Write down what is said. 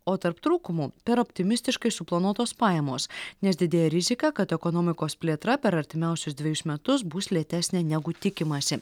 o tarp trūkumų per optimistiškai suplanuotos pajamos nes didėja rizika kad ekonomikos plėtra per artimiausius dvejus metus bus lėtesnė negu tikimasi